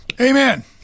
Amen